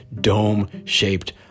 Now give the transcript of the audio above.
dome-shaped